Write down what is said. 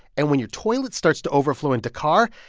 and when your toilet starts to overflow in dakar,